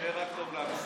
שיהיה רק טוב לעם ישראל.